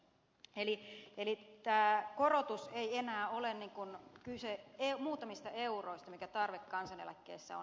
eli tässä korotuksessa ei enää ole kyse muutamista euroista mikä tarve kansaneläkkeessä on